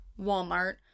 Walmart